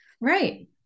right